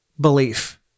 belief